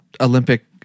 Olympic